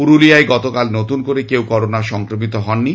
পুরুলিয়ায় গতকাল নতুন করে কেউ করোনা সংক্রমিত হননি